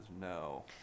no